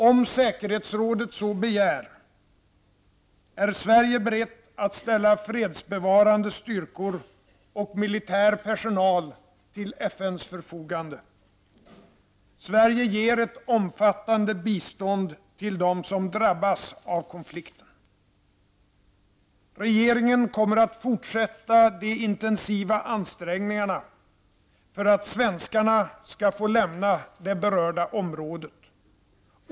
Om säkerhetsrådet så begär, är Sverige berett att ställa fredsbevarande styrkor och militär personal till FNs förfogande. Sverige ger ett omfattande bistånd till dem som drabbas av konflikten. Regeringen kommer att fortsätta de intensiva ansträngningarna för att svenskarna skall få lämna det berörda området.